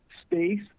space